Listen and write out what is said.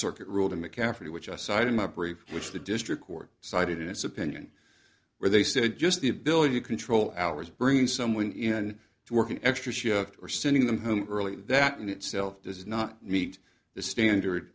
circuit ruled in mccafferty which i cite in my brief which the district court cited in its opinion where they said just the ability to control hours bringing someone in to working extra shifts or sending them home early that in itself does not meet the standard